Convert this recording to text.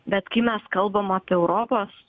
bet kai mes kalbam apie europos